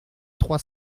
trois